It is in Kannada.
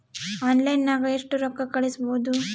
ಆನ್ಲೈನ್ನಾಗ ಎಷ್ಟು ರೊಕ್ಕ ಕಳಿಸ್ಬೋದು